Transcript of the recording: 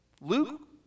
Luke